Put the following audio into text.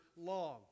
long